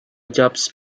jobs